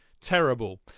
Terrible